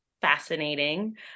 fascinating